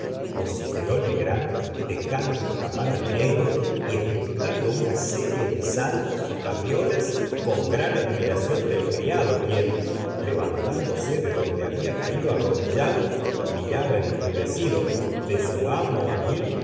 vociferó legrand dejando escapar al negro y ejecutando una serie de saltos y cabriolas con gran admiración del criado quien levantándose de donde había caído arrodillado miraba enmudecido de su amo a mí